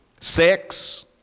sex